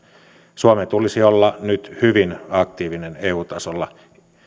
suomen tulisi olla nyt hyvin aktiivinen eu tasolla